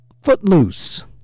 Footloose